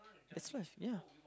that's why ya